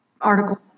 article